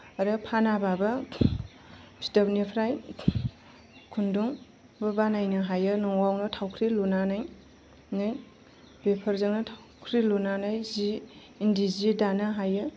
आरो फानाबाबो फिथोबनिफ्राय खुन्दुंबो बानायनो हायो न'आवनो थावख्रि लुनानै बेफोरजोंनो थावख्रि लुनानै जि इन्दि जि दानो हायो